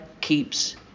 keeps